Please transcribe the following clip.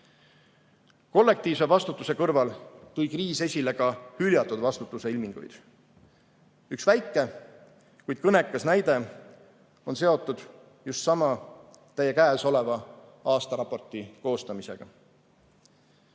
välja. Kollektiivse vastutuse kõrval tõi kriis esile ka hüljatud vastutuse ilminguid. Üks väike, kuid kõnekas näide on seotud just sellesama teie käes oleva aastaraporti koostamisega.